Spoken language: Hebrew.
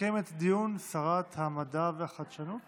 תסכם את הדיון שרת המדע והחדשנות